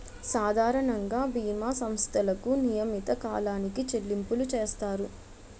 సాధారణంగా బీమా సంస్థలకు నియమిత కాలానికి చెల్లింపులు చేస్తారు